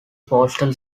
postal